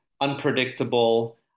unpredictable